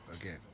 again